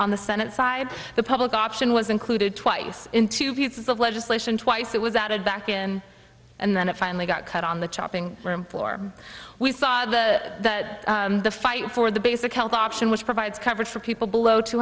on the senate side the public option was included twice in two pieces of legislation twice that was added back in and then it finally got cut on the chopping room floor we saw the the fight for the basic health option which provides coverage for people below two